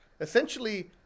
Essentially